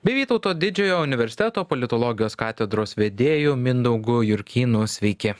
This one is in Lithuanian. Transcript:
bei vytauto didžiojo universiteto politologijos katedros vedėju mindaugu jurkynu sveiki